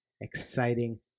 exciting